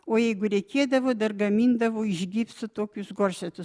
o jeigu reikėdavo dar gamindavo iš gipso tokius korsetus